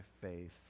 faith